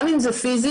גם אם זה פיזי,